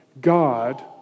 God